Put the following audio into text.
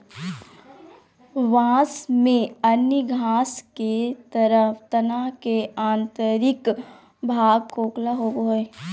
बाँस में अन्य घास के तरह तना के आंतरिक भाग खोखला होबो हइ